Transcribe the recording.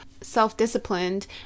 self-disciplined